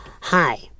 hi